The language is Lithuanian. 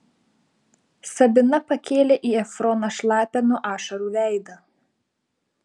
sabina pakėlė į efroną šlapią nuo ašarų veidą